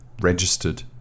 registered